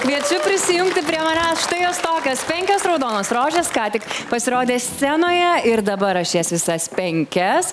kviečiu prisijungti prie manęs štai jos tokios penkios raudonos rožės ką tik pasirodė scenoje ir dabar aš jas visas penkias